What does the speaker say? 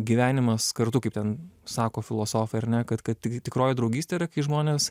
gyvenimas kartu kaip ten sako filosofai ar ne kad kad tik tikroji draugystė yra kai žmonės